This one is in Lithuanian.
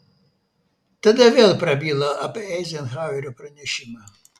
tada vėl prabilo apie eizenhauerio pranešimą